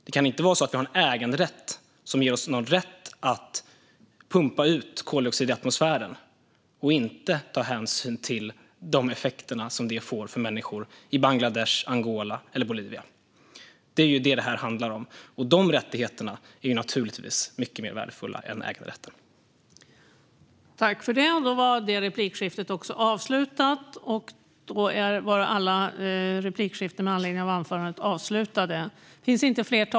Det kan inte finnas en äganderätt som ger rätt att pumpa ut koldioxid i atmosfären och som inte tar hänsyn till de effekter som det får för människor i Bangladesh, Angola eller Bolivia. Det är vad detta handlar om. De rättigheterna är naturligtvis mycket mer värdefulla än äganderätten.